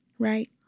Right